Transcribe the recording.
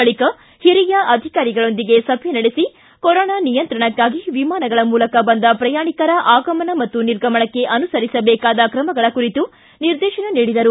ಬಳಿಕ ಹಿರಿಯ ಅಧಿಕಾರಿಗಳೊಂದಿಗೆ ಸಭೆ ನಡೆಸಿ ಕೊರೋನಾ ನಿಯಂತ್ರಣಕ್ಕಾಗಿ ವಿಮಾನಗಳ ಮೂಲಕ ಬಂದ ಪ್ರಯಾಣಿಕರ ಆಗಮನ ಮತ್ತು ನಿರ್ಗಮನಕ್ಕೆ ಅನುಸರಿಸಬೇಕಾದ ಕ್ರಮಗಳ ಕುರಿತು ನಿರ್ದೇಶನ ನೀಡಿದರು